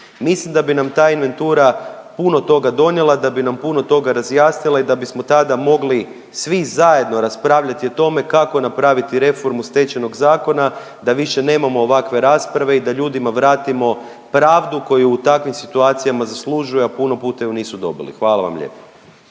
Mislim da bi nam ta inventura puno toga donijela, da bi nam puno toga razjasnila i da bismo tada mogli svi zajedno raspravljati o tome kako napraviti reformu Stečajnog zakona da više nemamo ovakve rasprave i da ljudima vratimo pravdu koju u takvim situacijama zaslužuje a puno puta je nisu dobili. Hvala vam lijepo.